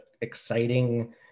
exciting